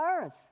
earth